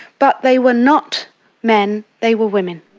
but they were not men, they were women.